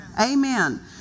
Amen